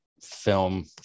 film